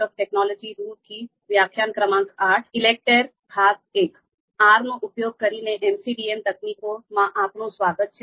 R નો ઉપયોગ કરીને MCDM તકનીકોમાં આપનું સ્વાગત છે